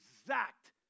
exact